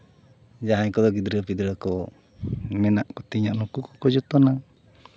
ᱡᱟᱦᱟᱸᱭ ᱠᱚᱫᱚ ᱜᱤᱫᱽᱨᱟᱹ ᱯᱤᱫᱽᱨᱟᱹ ᱠᱚ ᱢᱮᱱᱟᱜ ᱠᱚᱛᱤᱧᱟ ᱱᱩᱠᱩ ᱠᱚᱠᱚ ᱡᱚᱛᱚᱱᱟ